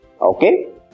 okay